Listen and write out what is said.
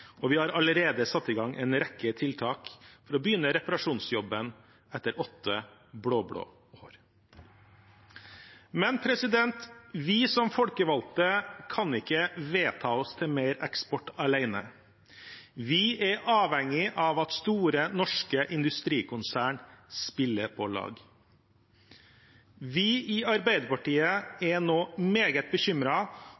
og vi har allerede satt i gang en rekke tiltak for å begynne reparasjonsjobben etter åtte blå-blå år. Men vi som folkevalgte kan ikke vedta oss til mer eksport alene. Vi er avhengig av at store norske industrikonsern spiller på lag. Vi i Arbeiderpartiet